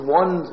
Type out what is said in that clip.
one